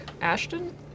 Ashton